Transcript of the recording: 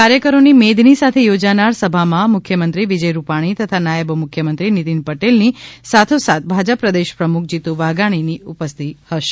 કાર્યકરોની મેદની સાથે યોજાનાર સભા માં મુખ્ય મંત્રી વિજય રૂપાણી તથા નાયબ મુખ્યમંત્રી નિતિન પટેલની સાથોસાથ ભાજપ પ્રદેશ પ્રમુખ જીતુભાઈ વાઘાણી ઉપસ્થિત હશે